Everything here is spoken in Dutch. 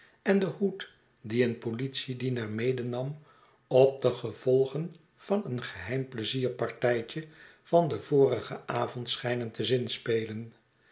en den hoed dien een politiedienaar medenam op de gevolgen van een geheim pleizierpartijtje van den vorigen avond schijnen te zinspelen